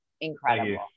incredible